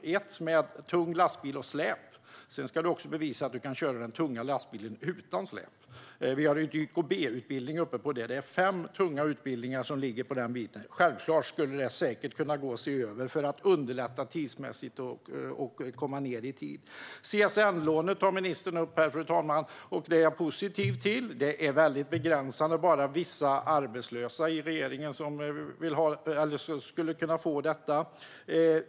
Det är ett prov med tung lastbil och släp, och sedan ska man också bevisa att man kan köra den tunga lastbilen utan släp. Vi har en YKB-utbildning ovanpå detta. Det är fem tunga utbildningar. Självklart skulle det kunna gå att se över detta för att underlätta och komma ned i tid. Fru talman! Ministern tar upp CSN-lånet. Det är jag positiv till. Det är dock väldigt begränsande; det är bara vissa arbetslösa som skulle kunna få det.